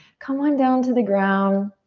come on down to the ground.